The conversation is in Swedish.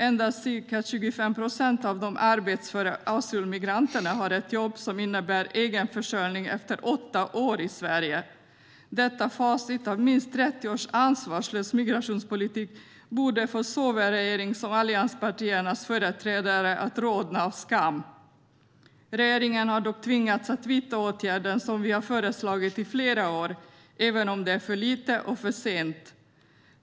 Endast ca 25 procent av de arbetsföra asylmigranterna har ett jobb som innebär egen försörjning efter 8 år i Sverige. Detta facit av minst 30 års ansvarslös migrationspolitik borde få såväl regering som allianspartiernas företrädare att rodna av skam. Regeringen har dock tvingats att vidta åtgärder som vi föreslagit i flera år, även om det är för lite och för sent.